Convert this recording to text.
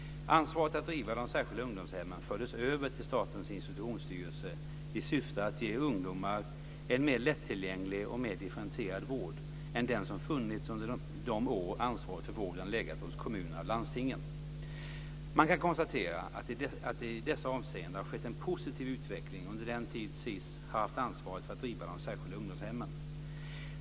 Ansvaret att driva de särskilda ungdomshemmen fördes över till Statens institutionsstyrelse i syfte att ge ungdomar en mer lättillgänglig och mer differentierad vård än den som funnits under de år ansvaret för vården legat hos kommunerna och landstingen. Man kan konstatera att det i dessa avseenden har skett en positiv utveckling under den tid SiS haft ansvaret för att driva de särskilda ungdomshemmen.